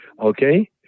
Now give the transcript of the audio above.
Okay